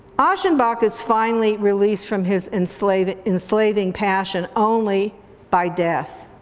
aschenbach is finally released from his enslaving enslaving passion only by death.